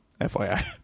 FYI